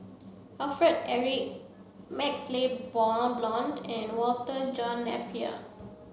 Alfred Eric MaxLe Blond and Walter John Napier